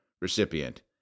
recipient